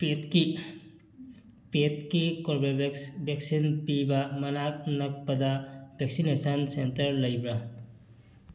ꯄꯦꯗꯀꯤ ꯄꯦꯗꯀꯤ Covovax vaccine ꯄꯤꯕ ꯃꯅꯥꯛ ꯅꯛꯄꯗ ꯚꯦꯛꯁꯤꯅꯦꯁꯟ ꯁꯦꯟꯇꯔ ꯂꯩꯕ꯭ꯔꯥ